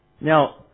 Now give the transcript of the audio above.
Now